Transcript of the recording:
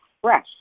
fresh